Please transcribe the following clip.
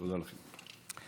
תודה לכם.